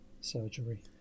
surgery